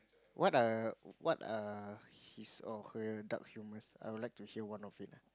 what err what err his or her dark humors I would to hear one of it